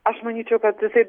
aš manyčiau kad jisai